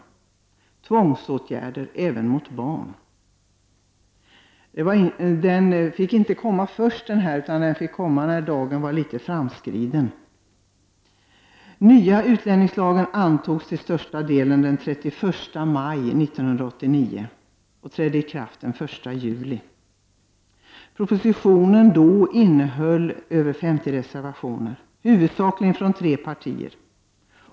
Propositionen innehåller även förslag om tvångsåtgärder mot barn. Det här ärendet fick inte stå först på dagens lista, utan det fick komma när dagen var litet framskriden. Den nya utlänningslagen antogs till största delen den 31 maj 1989 och trädde i kraft den 1 juli. Betänkandet då innehöll över 50 reservationer, huvudsakligen från tre partier.